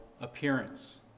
appearance